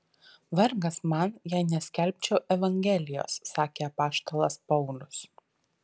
vargas man jei neskelbčiau evangelijos sakė apaštalas paulius